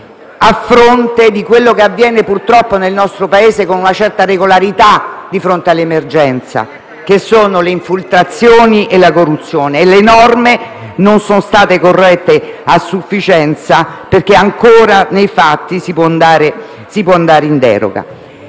a fronte di quello che purtroppo avviene nel nostro Paese con una certa regolarità nei casi di emergenza, ovvero le infiltrazioni e la corruzione. Le norme non sono state corrette a sufficienza, perché ancora, nei fatti, si può andare in deroga.